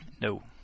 No